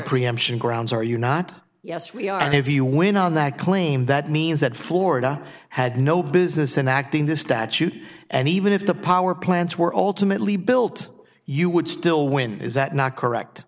preemption grounds are you not yes we are and if you win on that claim that means that florida had no business in acting this statute and even if the power plants were ultimately built you would still win is that not correct